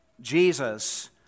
Jesus